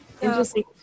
interesting